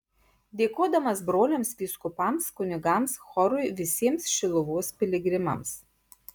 dėkodamas broliams vyskupams kunigams chorui visiems šiluvos piligrimams